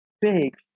big